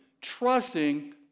trusting